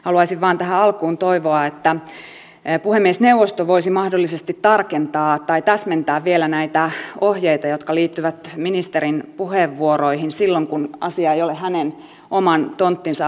haluaisin vain tähän alkuun toivoa että puhemiesneuvosto voisi mahdollisesti tarkentaa tai täsmentää vielä näitä ohjeita jotka liittyvät ministerin puheenvuoroihin silloin kun asia ei ole hänen oman tonttinsa asia